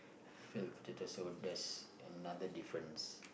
filled with potatoes so that's another difference